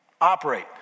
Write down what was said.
operate